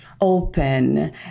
open